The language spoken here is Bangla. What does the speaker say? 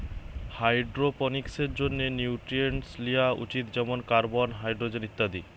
হাইড্রোপনিক্সের জন্যে নিউট্রিয়েন্টস লিয়া উচিত যেমন কার্বন, হাইড্রোজেন ইত্যাদি